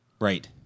Right